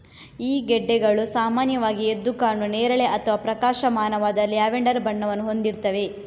ಈ ಗೆಡ್ಡೆಗಳು ಸಾಮಾನ್ಯವಾಗಿ ಎದ್ದು ಕಾಣುವ ನೇರಳೆ ಅಥವಾ ಪ್ರಕಾಶಮಾನವಾದ ಲ್ಯಾವೆಂಡರ್ ಬಣ್ಣವನ್ನು ಹೊಂದಿರ್ತವೆ